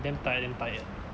damn tired damn tired